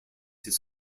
his